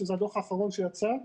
זה הדוח האחרון שיצא,